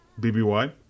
BBY